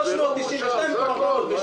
11:39.